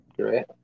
Great